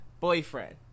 boyfriend